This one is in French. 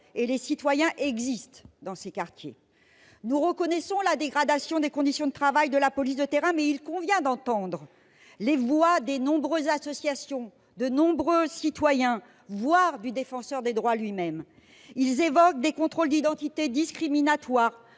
et les citoyens, existe dans ces quartiers. Nous reconnaissons la dégradation des conditions de travail de la police de terrain, mais il convient aussi d'entendre les voix des nombreuses associations et des citoyens, voire du Défenseur des droits lui-même. Tous évoquent des contrôles d'identité discriminatoires,